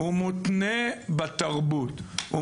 בתרבות,